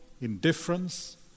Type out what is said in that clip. indifference